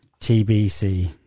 TBC